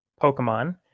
Pokemon